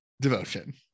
devotion